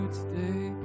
today